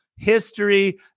history